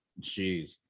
Jeez